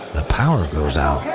the power goes out.